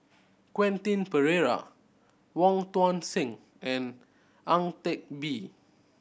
Quentin Pereira Wong Tuang Seng and Ang Teck Bee